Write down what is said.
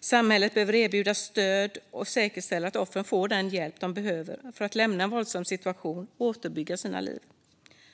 Samhället behöver erbjuda stöd och säkerställa att offren får den hjälp de behöver för att lämna en våldsam situation och återbygga sina liv.